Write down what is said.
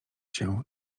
się